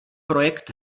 projekt